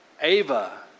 ava